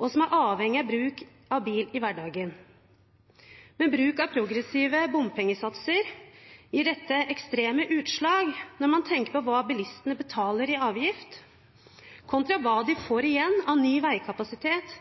og som er avhengig av bruk av bil i hverdagen. Med bruk av progressive bompengesatser gir dette ekstreme utslag når man tenker på hva bilistene betaler i avgift, kontra hva de får igjen av ny veikapasitet,